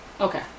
Okay